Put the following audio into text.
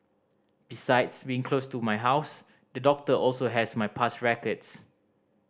besides being close to my house the doctor also has my past records